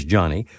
Johnny